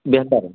बेहतर